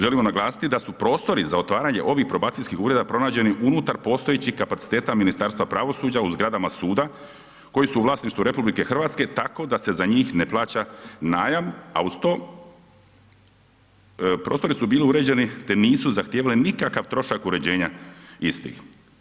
Želimo naglasiti da su prostori za otvaranje ovih probacijskih ureda pronađeni unutar postojećih kapaciteta Ministarstva pravosuđa u zgradama suda koji su u vlasništvu RH tako da se za njih ne plaća najam, a uz to prostori su bili uređeni te nisu zahtijevali nikakav trošak uređenja istih.